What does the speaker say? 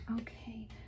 Okay